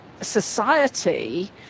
society